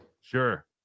Sure